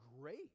great